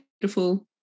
beautiful